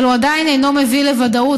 אבל הוא עדיין אינו מביא לוודאות,